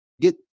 get